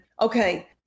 Okay